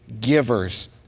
givers